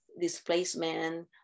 displacement